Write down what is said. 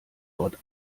dort